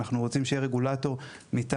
אנחנו רוצים שיהיה רגולטור מטעם